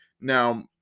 now